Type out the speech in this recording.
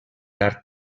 art